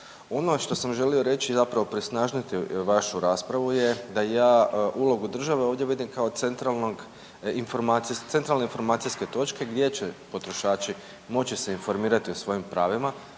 Ono što sam želi reći je zapravo presnažiti vašu raspravu je da ja ulogu države ovdje vidim kao centralne informacijske točke gdje će potrošači moći se informirati o svojim pravima,